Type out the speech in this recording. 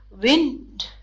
wind